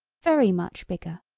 very much bigger.